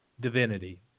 divinity